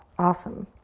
awesome.